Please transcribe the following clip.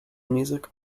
music